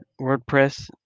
WordPress